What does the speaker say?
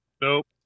Nope